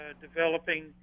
Developing